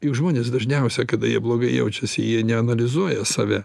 juk žmonės dažniausia kada jie blogai jaučiasi jie neanalizuoja save